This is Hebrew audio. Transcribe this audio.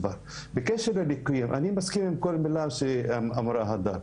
בקשר לליקויים: אני מסכים עם כל מילה שאמרה הדר,